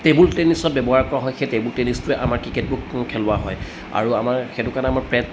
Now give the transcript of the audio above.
table টেনিছত ব্যৱহাৰ কৰা হয় সেই টেবুল টেনিছটোৱে আমাৰ ক্ৰিকেটবোৰ খেলোৱা হয় আৰু আমাৰ সেইটো কাৰণে আমাৰ পেট